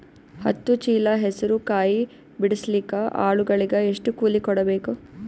ಹತ್ತು ಚೀಲ ಹೆಸರು ಕಾಯಿ ಬಿಡಸಲಿಕ ಆಳಗಳಿಗೆ ಎಷ್ಟು ಕೂಲಿ ಕೊಡಬೇಕು?